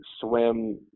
swim